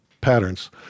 patterns